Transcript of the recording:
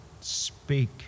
speak